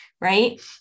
Right